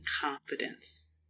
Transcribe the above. confidence